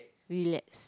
relax